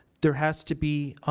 there has to be